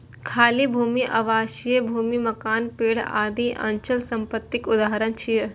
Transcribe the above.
खाली भूमि, आवासीय भूमि, मकान, पेड़ आदि अचल संपत्तिक उदाहरण छियै